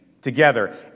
together